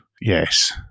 Yes